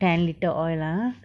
ten litre oil lah